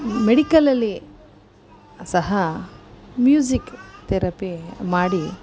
ಮೆಡಿಕಲಲ್ಲಿ ಸಹ music therapy ಮಾಡಿ